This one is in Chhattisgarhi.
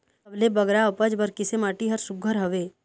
सबले बगरा उपज बर किसे माटी हर सुघ्घर हवे?